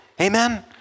Amen